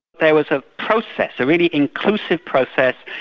there was a process, a really inclusive process,